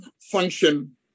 function